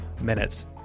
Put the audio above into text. minutes